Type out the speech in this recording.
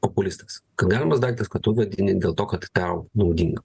populistas kad galimas daiktas kad tu vadini dėl to kad tau naudinga